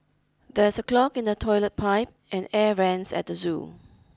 there's a clog in the toilet pipe and air vents at the zoo